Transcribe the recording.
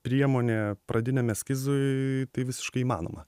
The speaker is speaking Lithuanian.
priemonė pradiniam eskizui tai visiškai įmanoma